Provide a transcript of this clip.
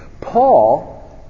Paul